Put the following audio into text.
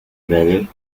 better